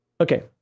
Okay